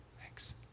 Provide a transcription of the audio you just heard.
Thanks